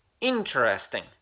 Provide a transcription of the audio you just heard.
Interesting